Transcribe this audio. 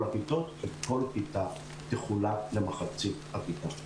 הכיתות וכל כיתה תחולק למחצית הכיתה.